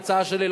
ההצעה שלי,